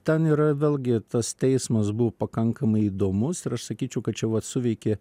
ten yra vėlgi tas teismas buvo pakankamai įdomus ir aš sakyčiau kad čia vat suveikė